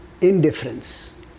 indifference